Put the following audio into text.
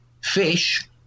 Fish